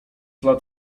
lat